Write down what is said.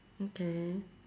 okay